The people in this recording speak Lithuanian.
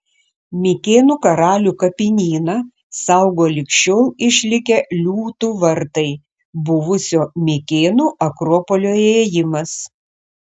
mikėnų karalių kapinyną saugo lig šiol išlikę liūtų vartai buvusio mikėnų akropolio įėjimas